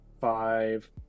five